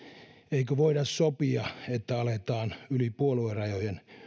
emmekö voi sopia että aletaan yli puoluerajojen